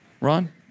Ron